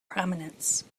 prominence